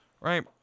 Right